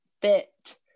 fit